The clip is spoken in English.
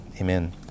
amen